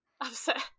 upset